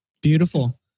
Beautiful